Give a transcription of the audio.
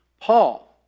Paul